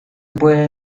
puede